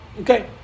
okay